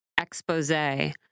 expose